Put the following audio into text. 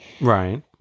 Right